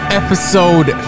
episode